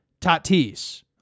Tatis